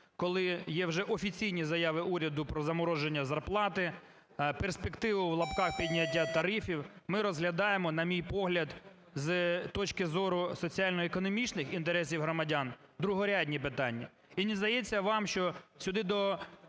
коли є вже офіційні заяви уряду про замороження зарплати, "перспективу" (в лапках) підняття тарифів, ми розглядаємо, на мій погляд, з точки зору соціально-економічних інтересів громадян другорядні питання? І не здається вам, що сюди до